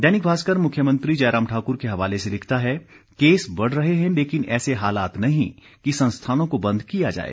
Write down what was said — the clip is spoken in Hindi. दैनिक भास्कर मुख्यमंत्री जयराम ठाकुर के हवाले से लिखता है केस बढ़ रहे हैं लेकिन ऐसे हालात नहीं कि संस्थानों को बंद किया जाए